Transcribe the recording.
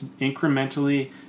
incrementally